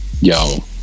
Yo